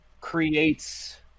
creates